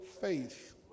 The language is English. faith